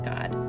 God